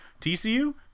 TCU